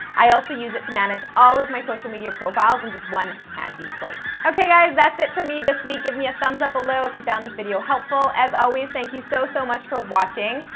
i also use it to manage all of my social media profiles in just one handy place. okay guys, that's it for me this week. give me a thumbs up below if you found this video helpful. as always, thank you so so much for watching.